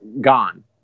Gone